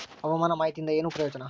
ಹವಾಮಾನ ಮಾಹಿತಿಯಿಂದ ಏನು ಪ್ರಯೋಜನ?